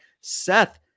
Seth